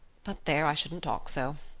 but there, i shouldn't talk so.